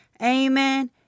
Amen